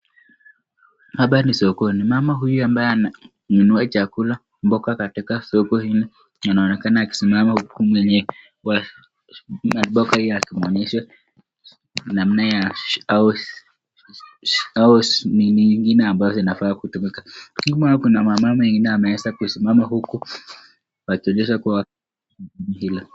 Hapa nni sokoni, mama huyu ambaye ananunua chakula mboga katika soko hili anaonekana akisimama huku mwenye maboga hii akimwonyesha namna ya au nini ingine inafaa kutumika , nyuma kuna wamama wengine wameeza kuinama huku wakionyesha kuwa ni wa kundi hilo.